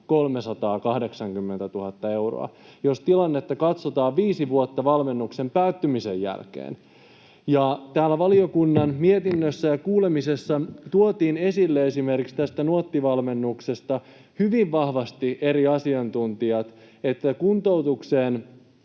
380 000 euroa, jos tilannetta katsotaan viisi vuotta valmennuksen päättymisen jälkeen. Täällä valiokunnan mietinnössä ja kuulemisessa toivat esille esimerkiksi tästä Nuotti-valmennuksesta hyvin vahvasti eri asiantuntijat, että kuntoutukseen